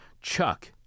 Chuck